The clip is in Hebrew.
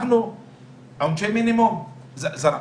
עונשי מינימום זרמנו.